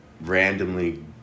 randomly